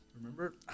remember